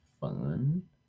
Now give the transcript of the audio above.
fun